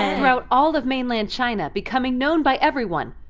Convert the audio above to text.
and throughout all of mainland china, becoming known by everyone.